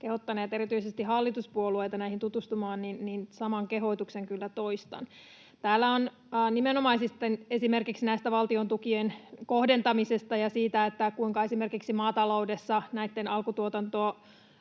kehottaneet erityisesti hallituspuolueita näihin tutustumaan, niin saman kehotuksen kyllä toistan. Täällä on nimenomaisesti esimerkiksi valtiontukien kohdentamisesta ja siitä, kuinka esimerkiksi maataloudessa alkutuotannon